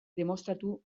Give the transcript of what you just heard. demostratu